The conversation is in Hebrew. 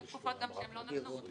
היו תקופות גם שהם לא נתנו.